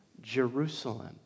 Jerusalem